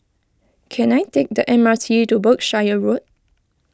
can I take the M R T to Berkshire Road